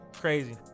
Crazy